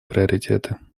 приоритеты